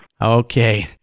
Okay